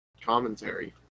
commentary